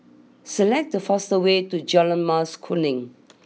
select the fastest way to Jalan Mas Kuning